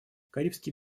карибский